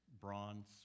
bronze